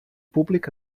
públic